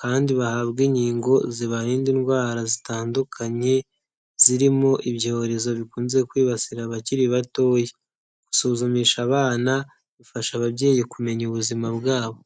kandi bahabwe inkingo zibarinda indwara zitandukanye, zirimo ibyorezo bikunze kwibasira abakiri batoya, gusuzumisha abana bifasha ababyeyi kumenya ubuzima bwabo.